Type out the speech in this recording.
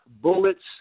bullets